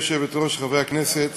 אינו נוכח, חברת הכנסת